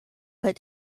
put